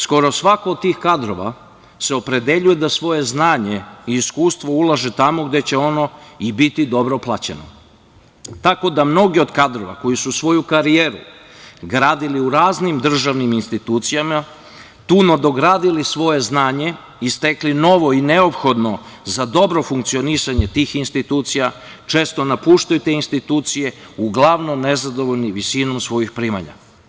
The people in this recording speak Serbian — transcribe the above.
Skoro svako od tih kadrova se opredeljuje da svoje znanje i iskustvo uloži tamo gde će ono i biti dobro plaćeno, tako da mnogi od kadrova koji su svoju karijeru gradili u raznim državnim institucijama, tu nadogradili svoje znanje i stekli novo i neophodno za dobro funkcionisanje tih institucija, često napuštaju te institucije, uglavnom nezadovoljni visinom svojih primanja.